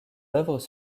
œuvres